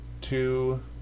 two